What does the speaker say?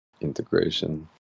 integration